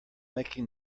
making